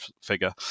figure